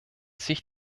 sich